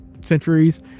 centuries